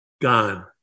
gone